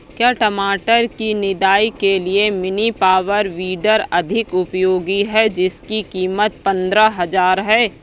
क्या टमाटर की निदाई के लिए मिनी पावर वीडर अधिक उपयोगी है जिसकी कीमत पंद्रह हजार है?